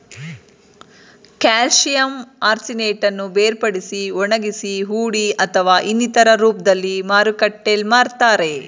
calcium ಆರ್ಸಿನೇಟನ್ನು ಬೇರ್ಪಡಿಸಿ ಒಣಗಿಸಿ ಹುಡಿ ಅಥವಾ ಇನ್ನಿತರ ರೂಪ್ದಲ್ಲಿ ಮಾರುಕಟ್ಟೆಲ್ ಮಾರ್ತರೆ